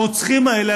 הרוצחים האלה,